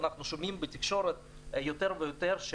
אנחנו שומעים בתקשורת יותר ויותר,